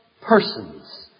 persons